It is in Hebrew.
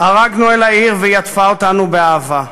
ערגנו אל העיר והיא עטפה אותנו באהבה.